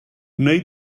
wnei